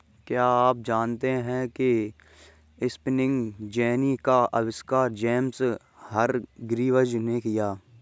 क्या आप जानते है स्पिनिंग जेनी का आविष्कार जेम्स हरग्रीव्ज ने किया?